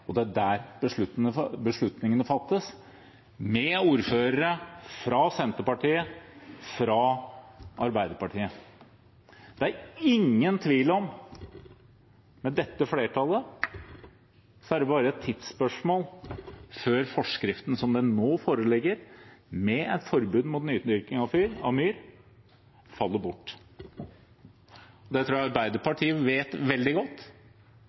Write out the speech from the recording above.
og det er der beslutningene fattes, med ordførere fra Senterpartiet, fra Arbeiderpartiet. Det er ingen tvil om at med dette flertallet er det bare et tidsspørsmål før forskriften som den nå foreligger, med et forbud mot nydyrking av myr, faller bort. Det tror jeg Arbeiderpartiet vet veldig godt,